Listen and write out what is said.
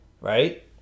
right